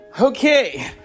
Okay